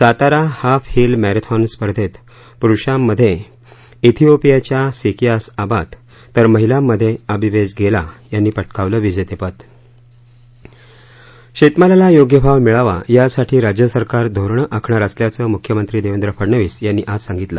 Satara half hill marathon स्पर्धत प्रुषांमध्ये थिओपियाच्या सिकीयास अबात तर महिलांमध्ये अबिबेज गेला यांनी पटकावलं विजेतपद शेतमालाला योग्य भाव मिळावा यासाठी राज्य सरकार धोरणं आखणार असल्याचं मुख्यमंत्री देवेंद्र फडनवीस यांनी आज सांगितलं